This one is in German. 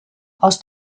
aus